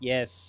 Yes